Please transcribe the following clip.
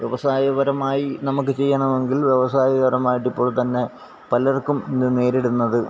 വ്യവസായപരമായി നമുക്ക് ചെയ്യണമെങ്കില് വ്യവസായകരമായിട്ടിപ്പോള് തന്നെ പലര്ക്കും ഇന്ന് നേരിടുന്നത്